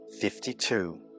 fifty-two